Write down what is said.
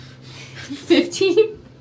Fifteen